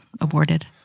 aborted